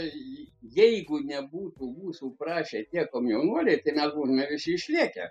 i jeigu nebūtų mūsų prašę tie komjaunuoliai tai mes būtume visi išlėkę